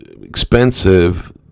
expensive